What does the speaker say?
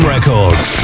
Records